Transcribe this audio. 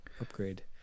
upgrade